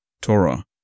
Torah